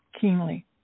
keenly